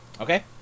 Okay